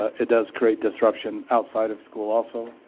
it does create disruption outside of school also.